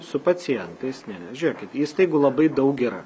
su pacientais ne ne žiūrėkit įstaigų labai daug yra